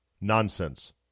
Nonsense